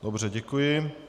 Dobře, děkuji.